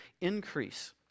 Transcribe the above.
increase